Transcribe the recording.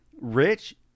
Rich